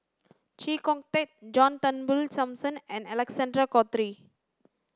Chee Kong Tet John Turnbull Thomson and Alexander Guthrie